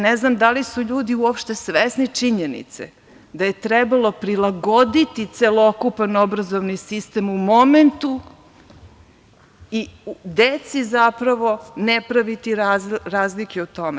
Ne znam da li su ljudi uopšte svesni činjenice da je trebalo prilagoditi celokupan obrazovni sistem u momentu i deci ne praviti razlike u tome.